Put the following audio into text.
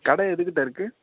கடை எதுக்கிட்ட இருக்குது